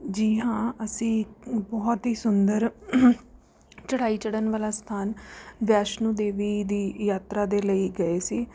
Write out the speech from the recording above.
ਜੀ ਹਾਂ ਅਸੀਂ ਇੱਕ ਬਹੁਤ ਹੀ ਸੁੰਦਰ ਚੜ੍ਹਾਈ ਚੜ੍ਹਨ ਵਾਲਾ ਸਥਾਨ ਵੈਸ਼ਨੂੰ ਦੇਵੀ ਦੀ ਯਾਤਰਾ ਦੇ ਲਈ ਗਏ ਸੀ